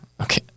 Okay